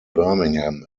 birmingham